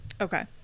Okay